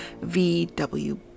vw